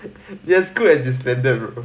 their group has disbanded bro